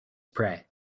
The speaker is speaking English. pray